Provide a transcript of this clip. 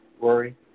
Rory